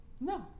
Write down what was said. No